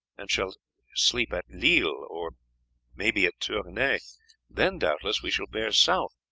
and shall sleep at lille or may be at tournay then, doubtless, we shall bear south,